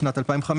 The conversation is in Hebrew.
בשנת 2015,